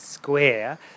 square